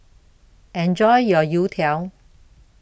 Enjoy your Youtiao